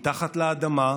מתחת לאדמה,